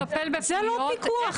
זה לא פיקוח, תבינו.